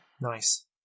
Nice